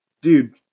dude